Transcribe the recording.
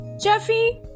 Jeffy